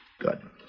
Good